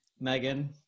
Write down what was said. Megan